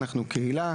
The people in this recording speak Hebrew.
אנחנו קהילה,